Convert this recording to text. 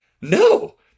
No